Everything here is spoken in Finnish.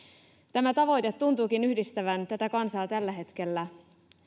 tämä tavoite tuntuukin yhdistävän tätä kansaa tällä hetkellä